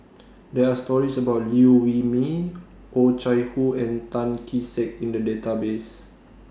There Are stories about Liew Wee Mee Oh Chai Hoo and Tan Kee Sek in The Database